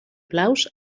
blaus